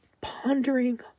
pondering